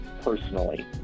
personally